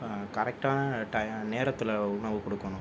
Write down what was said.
கரெக்ட்டான டைம் நேரத்தில் உணவு கொடுக்கணும்